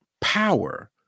power